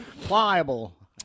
pliable